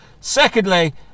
Secondly